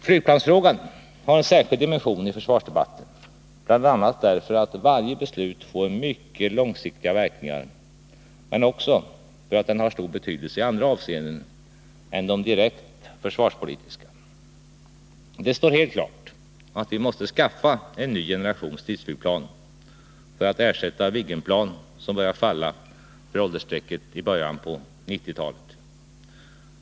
Flygplansfrågan har en särskild dimension i försvarsdebatten, bl.a. därför att varje beslut får mycket långsiktiga verkningar, men också därför att den har stor betydelse i andra avseenden än de direkt försvarspolitiska. Det står helt klart att vi måste skaffa en ny generation stridsflygplan för att ersätta de Viggenplan som börjar falla för åldersstrecket i början på 1990-talet.